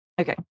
Okay